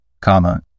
comma